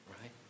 right